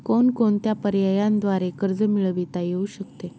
कोणकोणत्या पर्यायांद्वारे कर्ज मिळविता येऊ शकते?